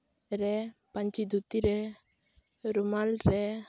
ᱨᱮ ᱯᱟᱹᱧᱪᱤ ᱫᱷᱩᱛᱤ ᱨᱮ ᱨᱩᱢᱟᱞ ᱨᱮ